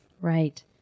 Right